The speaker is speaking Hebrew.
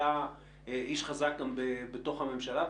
היה איש חזק גם בתוך הממשלה,